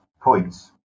points